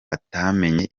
batamenye